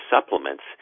supplements